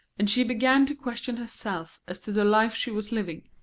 and she began to question herself as to the life she was living.